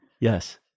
Yes